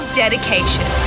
dedication